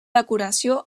decoració